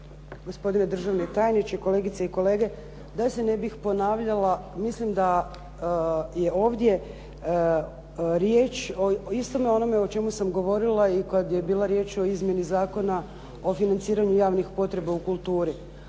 gospodine državni tajniče, kolegice i kolege. Da se ne bih ponavljala, mislim da je ovdje riječ o istome onome o čemu sam govorila i kad je bila riječ o izmjeni Zakona o financiranju javnih potreba u kulturi.